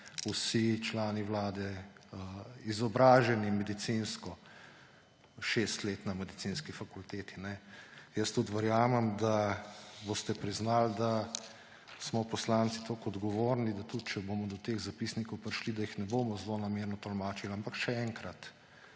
vsi člani vlade izobraženi šest let na medicinski fakulteti. Jaz tudi verjamem, da boste priznali, da smo poslanci toliko odgovorni, da tudi če bomo do teh zapisnikov prišli, da jih ne bomo zlonamerno tolmačili. Ampak še enkrat,